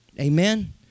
Amen